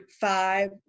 five